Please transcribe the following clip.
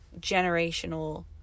generational